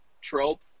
trope